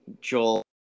joel